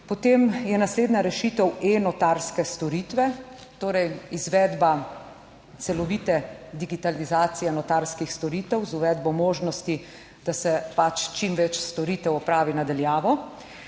Potem je naslednja rešitev e-notarske storitve, torej izvedba celovite digitalizacije notarskih storitev z uvedbo možnosti, da se pač čim več storitev opravi na daljavo.